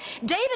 David